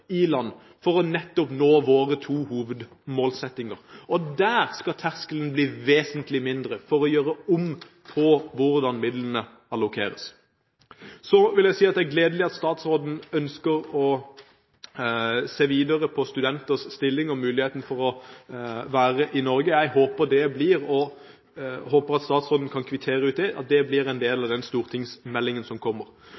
i land, for nettopp å nå våre to hovedmålsettinger. Der skal terskelen bli vesentlig mindre for å gjøre om på hvordan midlene allokeres. Så vil jeg si at det er gledelig at statsråden ønsker å se videre på studenters stilling og muligheten for å være i Norge. Jeg håper det blir – det håper jeg statsråden kan kvittere ut